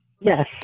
Yes